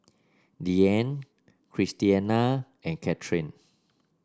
Deanne Christiana and Cathryn